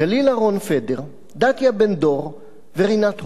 גלילה רון-פדר, דתיה בן-דור ורינת הופר.